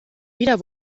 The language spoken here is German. wieder